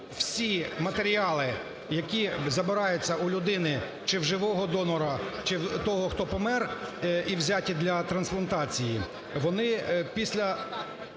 всі матеріали, які забираються у людини: чи в живого донора, чи в того, хто помер, – і взяті для трансплантації, вони після